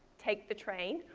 take the train,